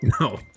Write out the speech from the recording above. No